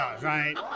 right